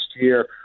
year